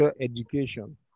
education